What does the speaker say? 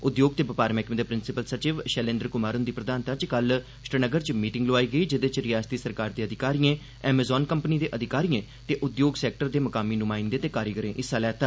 उद्योग ते बपार मैह्कमे दे प्रिंसिपल सचिव शैलेन्द्र कुमार हुंदी प्रधानता च कल श्रीनगर च मीटिंग लोआई गेई जेहदे च रिआसती सरकार दे अधिकारिएं एमैज़ॉन कंपनी दे अधिकारिएं ते उद्योग सैक्टर दे मुकामी नुमाइंदें ते कारीगरें हिस्सा लैता